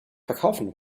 verkaufen